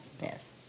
Yes